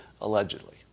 allegedly